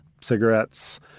cigarettes